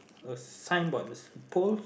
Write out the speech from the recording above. a sign board there's a post